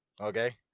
Okay